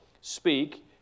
Speak